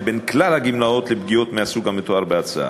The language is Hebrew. בין כלל הגמלאות לתשלום מהסוג המתואר בהצעה.